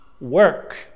work